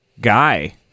guy